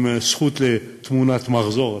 עם זכות לתמונת מחזור אפילו,